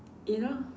you know